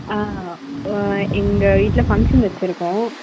ஆ எங்கள் வீட்டில் ஃபங்க்ஷன் வச்சுருக்கோம்